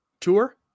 Tour